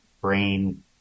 brain